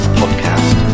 podcast